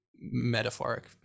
metaphoric